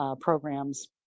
programs